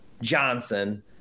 johnson